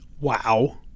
wow